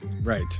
Right